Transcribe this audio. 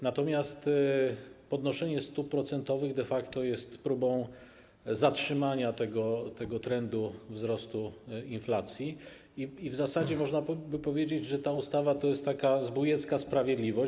Natomiast podnoszenie stóp procentowych de facto jest próbą zatrzymania tego trendu wzrostu inflacji i w zasadzie można by powiedzieć, że ta ustawa to jest taka zbójecka sprawiedliwość.